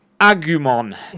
Agumon